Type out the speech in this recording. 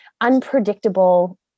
unpredictable